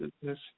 business